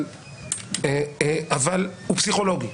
אבל הוא פסיכולוגי.